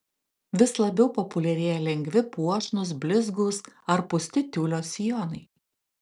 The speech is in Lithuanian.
vis labiau populiarėja lengvi puošnūs blizgūs ar pūsti tiulio sijonai